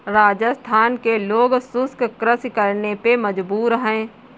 राजस्थान के लोग शुष्क कृषि करने पे मजबूर हैं